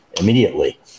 immediately